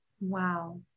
Wow